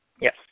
Yes